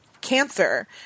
cancer